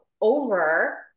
over